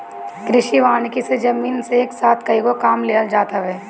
कृषि वानिकी से जमीन से एके साथ कएगो काम लेहल जात हवे